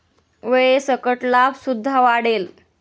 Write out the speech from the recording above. वेळेसकट लाभ सुद्धा वाढेल